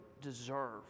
deserve